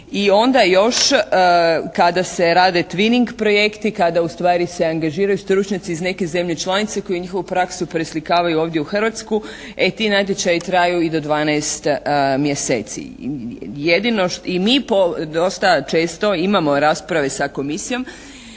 I onda još kada se rade «tweening» projekti, kada ustvari se angažiraju stručnjaci iz neke zemlje članice koji njihovu praksu preslikavaju ovdje u Hrvatsku, e ti natječaji traju i do 12 mjeseci. Jedino, i mi po, dosta često imamo rasprave sa komisijom